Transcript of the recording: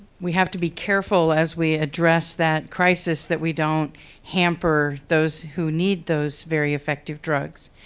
we have to be careful as we address that crisis that we don't hamper those who need those very effective drugs.